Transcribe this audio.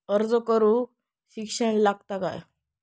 अर्ज करूक शिक्षण लागता काय?